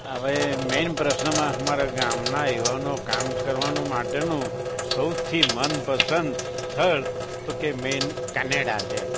હવે મેઈન પ્રશ્નમાં અમારા ગામના યુવાનો કામ કરવાનો માટેનું સૌથી મનપસંદ સ્થળ તો કે મેન કેનેડા છે